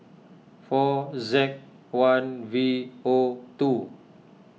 four Z one V O two